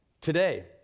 today